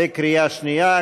בקריאה שנייה.